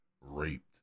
raped